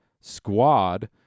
squad